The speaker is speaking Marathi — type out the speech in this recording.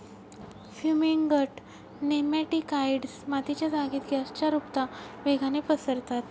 फ्युमिगंट नेमॅटिकाइड्स मातीच्या जागेत गॅसच्या रुपता वेगाने पसरतात